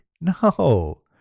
No